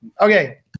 Okay